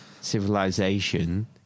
civilization